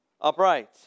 upright